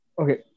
Okay